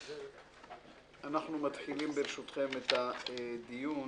אנחנו מתחילים ברשותכם את הדיון.